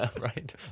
right